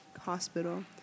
hospital